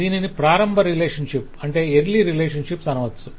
దీని ప్రారంభ రిలేషన్షిప్ అనవచ్చు